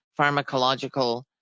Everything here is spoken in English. pharmacological